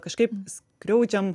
kažkaip skriaudžiam